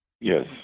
Yes